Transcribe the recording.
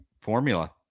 formula